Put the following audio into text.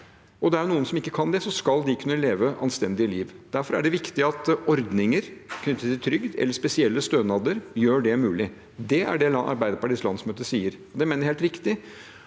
og det er jo noen som ikke kan det – skal man kunne leve et anstendig liv. Derfor er det viktig at ordninger knyttet til trygd eller spesielle stønader gjør det mulig. Det er det Arbeiderpartiets landsmøte sier. Det mener jeg er helt riktig,